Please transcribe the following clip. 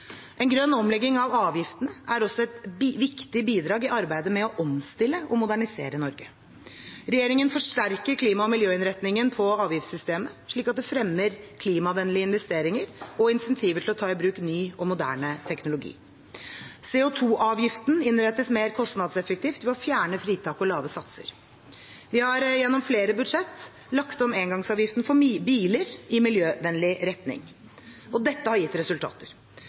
En grønn omlegging av avgiftene er også et viktig bidrag i arbeidet med å omstille og modernisere Norge. Regjeringen forsterker klima- og miljøinnretningen på avgiftssystemet, slik at det fremmer klimavennlige investeringer og incentiver til å ta i bruk ny og moderne teknologi. CO 2 -avgiften innrettes mer kostnadseffektivt ved å fjerne fritak og lave satser. Vi har gjennom flere budsjetter lagt om engangsavgiften for biler i miljøvennlig retning. Dette har gitt resultater.